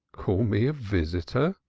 call me a visitor?